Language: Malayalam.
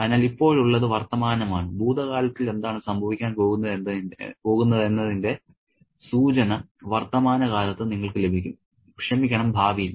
അതിനാൽ ഇപ്പോഴുള്ളത് വർത്തമാനമാണ് ഭൂതകാലത്തിൽ എന്താണ് സംഭവിക്കാൻ പോകുന്നതെന്നതിന്റെ സൂചന വർത്തമാനകാലത്ത് നിങ്ങൾക്ക് ലഭിക്കും ക്ഷമിക്കണം ഭാവിയിൽ